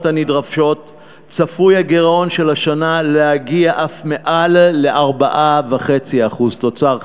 הנדרשות צפוי הגירעון של השנה להגיע אף מעל ל-4.5% תוצר,